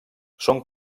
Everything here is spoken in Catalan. són